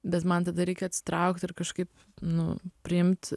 bet man tada reikia atsitraukti ir kažkaip nu priimt